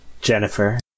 Jennifer